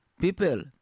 People